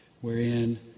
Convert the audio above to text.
wherein